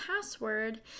password